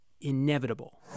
inevitable